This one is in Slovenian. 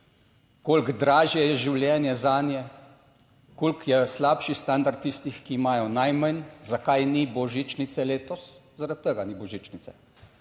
koliko dražje je življenje zanje, koliko je slabši standard tistih, ki imajo najmanj, zakaj ni božičnice letos. Zaradi tega ni božičnice.